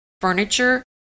furniture